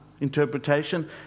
interpretation